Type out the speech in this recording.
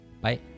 Bye